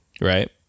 right